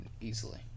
easily